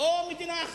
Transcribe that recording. או מדינה אחת.